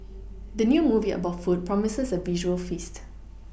the new movie about food promises a visual feast